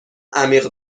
عمیق